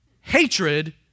hatred